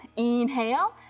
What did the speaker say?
inhale,